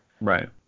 Right